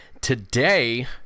Today